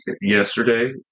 yesterday